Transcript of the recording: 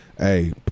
Hey